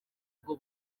ubwo